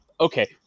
okay